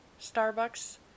Starbucks